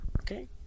Okay